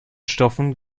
stoffen